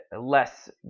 less